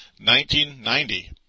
1990